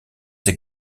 they